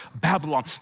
Babylon